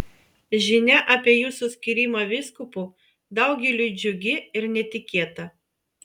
žinia apie jūsų skyrimą vyskupu daugeliui džiugi ir netikėta